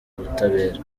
ubutabera